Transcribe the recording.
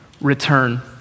return